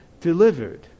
delivered